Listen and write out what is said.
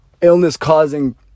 illness-causing